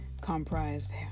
comprised